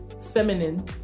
feminine